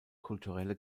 kulturelle